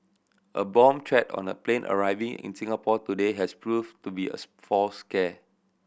a bomb threat on a plane arriving in Singapore today has proved to be a false scare